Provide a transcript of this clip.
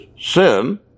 sin